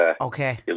Okay